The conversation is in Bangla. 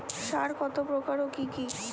সার কত প্রকার ও কি কি?